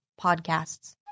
podcasts